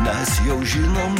mes jau žinom